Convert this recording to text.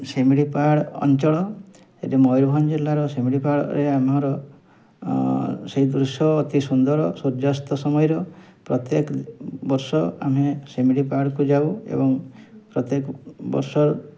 ଶିମିଳିପାଳ ଅଞ୍ଚଳରେ ମୟୁରଭଞ୍ଜ ଜିଲ୍ଲାର ଶିମିଳିପାଳରେ ଆମର ସେଇ ଦୃଶ୍ୟ ଅତି ସୁନ୍ଦର ସୂର୍ଯ୍ୟାସ୍ତ ସମୟର ପ୍ରତ୍ୟେକ ବର୍ଷ ଆମେ ଶିମିଳିପାଳକୁ ଯାଉ ଏବଂ ପ୍ରତ୍ୟେକ ବର୍ଷ